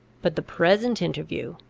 but the present interview,